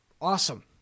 awesome